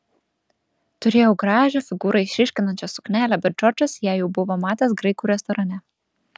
turėjau gražią figūrą išryškinančią suknelę bet džordžas ją jau buvo matęs graikų restorane